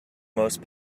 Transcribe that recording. most